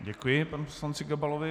Děkuji panu poslanci Gabalovi.